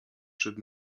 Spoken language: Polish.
przed